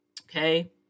Okay